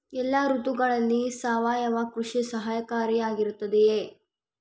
ಎಲ್ಲ ಋತುಗಳಲ್ಲಿ ಸಾವಯವ ಕೃಷಿ ಸಹಕಾರಿಯಾಗಿರುತ್ತದೆಯೇ?